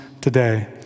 today